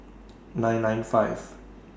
nine nine five